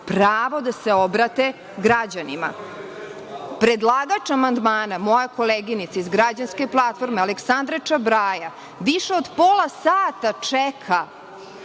pravo da se obrate građanima. Predlagač amandmana, moja koleginica iz Građanske platforme Aleksandra Čabraja, više od pola sata čeka